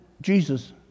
Jesus